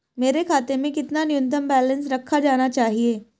मेरे खाते में कितना न्यूनतम बैलेंस रखा जाना चाहिए?